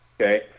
okay